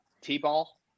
T-ball